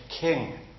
King